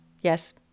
Yes